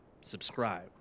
Subscribe